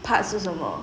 part 是什么